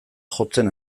jotzen